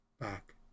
back